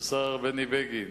השר בני בגין,